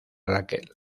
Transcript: raquel